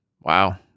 Wow